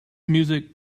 music